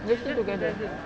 they get together